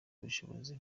ubushobozi